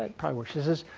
ah probably work. she says,